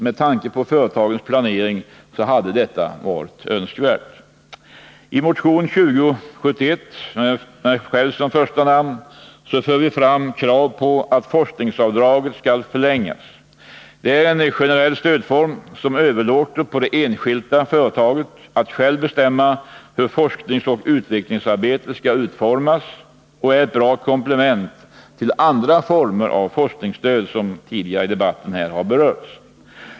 Med tanke på företagens planering hade detta varit önskvärt. I motion 2071, med mig själv som första namn, framförs krav på att forskningsavdraget skall förlängas. Det är en generell stödform som överlåter på det enskilda företaget att självt bestämma hur forskningsoch utvecklingsarbetet skall utformas och ett bra komplement till andra former av forskningsstöd, som tidigare berörts här i debatten.